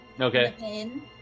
Okay